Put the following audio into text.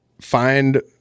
find